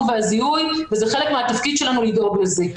והזיהוי וזה חלק מהתפקיד שלנו לדאוג לזה.